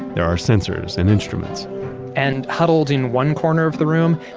there are sensors and instruments and huddled in one corner of the room,